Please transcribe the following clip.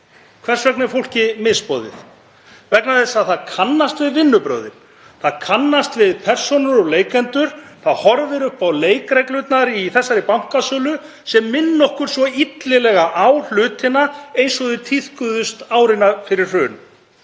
Hvers vegna er fólki misboðið? Vegna þess að það kannast við vinnubrögðin. Það kannast við persónur og leikendur. Það horfir upp á leikreglurnar í þessari bankasölu sem minna okkur svo illilega á hlutina eins og þeir tíðkuðust árin fyrir hrun.